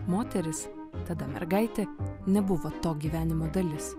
moteris tada mergaitė nebuvo to gyvenimo dalis